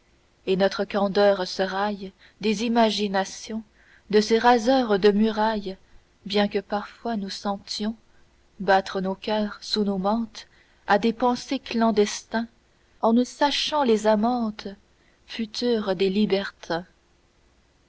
et notre candeur se raille des imaginations de ces raseurs de muraille bien que parfois nous sentions battre nos coeurs sous nos mantes a des pensers clandestins en nous sachant les amantes futures des libertins